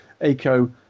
ACO